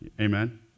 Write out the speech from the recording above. Amen